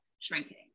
shrinking